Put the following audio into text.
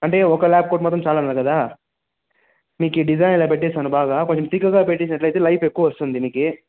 అంటే ఒక large coat మాత్రం చాలు అన్నారు కదా మీకు డిజైన్ ఇలా పెట్టేస్తాను బాగా కొంచెం థిక్గా పెట్టిచ్చినట్టు అయితే లైఫ్ ఎక్కువ వస్తుంది మీకు